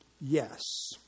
Yes